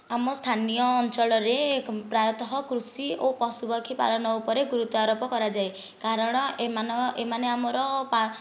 ଆମ ସ୍ଥାନୀୟ ଅଞ୍ଚଳରେ ପ୍ରାୟତଃ କୃଷି ଓ ପଶୁ ପକ୍ଷୀ ପାଳନ ଉପରେ ଗୁରୁତ୍ବ ଆରୋପ କରାଯାଏ କାରଣ ଏମାନ ଏମାନେ ଆମର ପା